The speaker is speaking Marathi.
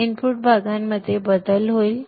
इनपुट भागांमध्ये बदल होईल